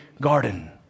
garden